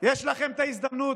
יש לכן את ההזדמנות הזאת.